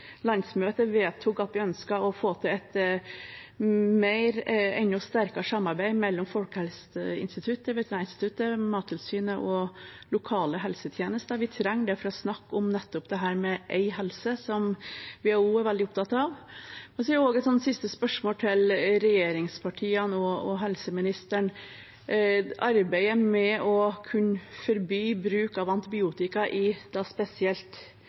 vedtok at vi ønsker å få til et enda sterkere samarbeid mellom Folkehelseinstituttet, Veterinærinstituttet, Mattilsynet og lokale helsetjenester. Vi trenger det for å snakke om nettopp dette med én helse, som vi også er veldig opptatt av. Så har jeg et siste spørsmål til regjeringspartiene og helseministeren når det gjelder arbeidet med å kunne forby bruk av antibiotika i spesielt